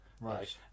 right